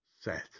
set